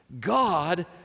God